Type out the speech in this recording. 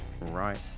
right